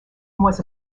was